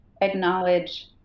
acknowledge